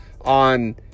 on